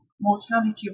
mortality